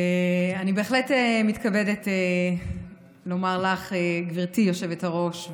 אני בהחלט מתכבדת לומר לך גברתי היושבת-ראש,